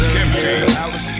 Kimchi